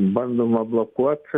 bandoma blokuot